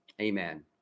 Amen